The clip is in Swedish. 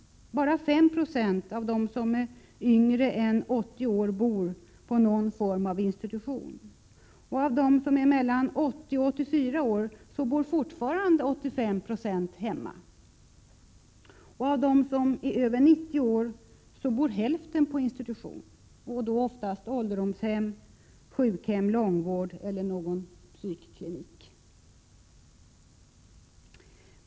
Bara 5 96 av dem som är yngre än 80 år bor på någon form av institution. Av dem som är mellan 80 och 84 år bor fortfarande 85 26 hemma. Av dem som är över 90 år bor hälften på institution, oftast ålderdomshem, men också sjukhem, långvård eller någon psykklinik.